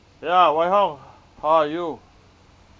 ya wai hong how are you